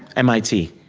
mit